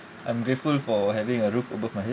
I'm grateful for having a roof above my head